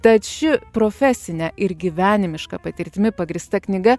tad ši profesine ir gyvenimiška patirtimi pagrįsta knyga